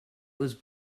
was